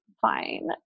fine